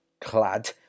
clad